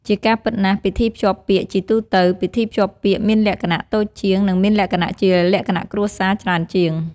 ជាការពិតណាស់់ ពិធីភ្ជាប់ពាក្យជាទូទៅ ពិធីភ្ជាប់ពាក្យមានលក្ខណៈ តូចជាង និង មានលក្ខណៈជាលក្ខណៈគ្រួសារ ច្រើនជាង។